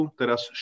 teraz